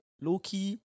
low-key